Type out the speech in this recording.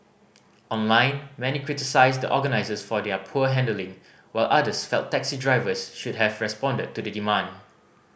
online many criticised the organisers for their poor handling while others felt taxi drivers should have responded to the demand